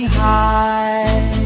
high